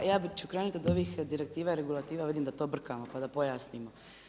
A ja ću krenuti od ovih direktiva i regulativa, vidim da to brkamo pa da pojasnimo.